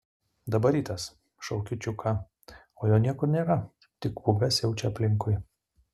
dabar rytas šaukiu čiuką o jo niekur nėra tik pūga siaučia aplinkui